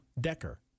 Decker